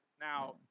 Now